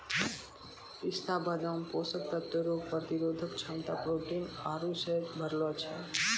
पिस्ता बादाम पोषक तत्व रोग प्रतिरोधक क्षमता प्रोटीन आरु से भरलो छै